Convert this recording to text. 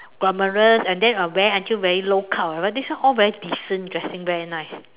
got murderers and then uh wear until very low cut or whatever this one all very decent dressing very nice